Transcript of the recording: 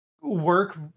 work